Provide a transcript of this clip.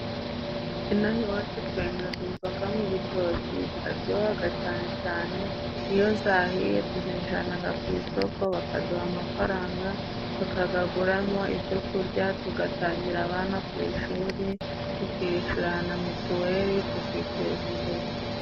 Inaha iwacu twengaga inzoga mu bitoki ziraryohaga cyane cyane. Iyo zahiye tuzijanaga ku isoko bakaduha amafaranga, tukagaguramo ibyokurya. Tugatangira abana ku ishuri tukishura na mituweri, tukiteza imbere.